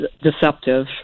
deceptive